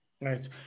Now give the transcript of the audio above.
Right